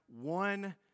one